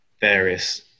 various